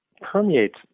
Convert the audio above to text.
permeates